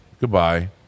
goodbye